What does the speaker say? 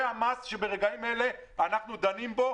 זה המס שברגעים אלה אנחנו דנים בו.